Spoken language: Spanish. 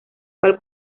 cual